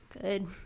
Good